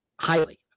highly